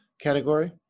category